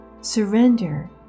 surrender